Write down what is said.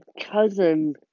cousin